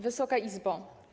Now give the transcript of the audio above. Wysoka Izbo!